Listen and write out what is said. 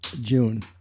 June